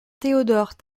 théodore